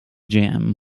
jam